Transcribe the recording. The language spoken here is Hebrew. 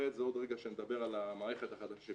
את זה עוד רגע כשנדבר על המערכת שפיתחנו